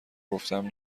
گفتهام